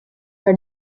her